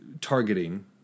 targeting